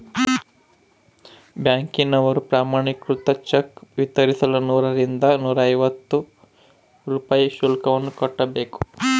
ಬ್ಯಾಂಕಿನವರು ಪ್ರಮಾಣೀಕೃತ ಚೆಕ್ ವಿತರಿಸಲು ನೂರರಿಂದ ನೂರೈವತ್ತು ರೂಪಾಯಿ ಶುಲ್ಕವನ್ನು ಕಟ್ಟಬೇಕು